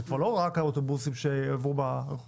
זה כבר לא רק על אוטובוסים שיעברו ברחוב,